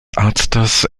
arztes